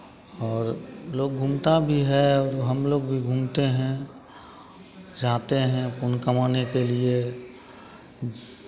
और लोग घूमता भी है और हम लोग भी घूमते हैं जाते हैं पुण्य कमाने के लिए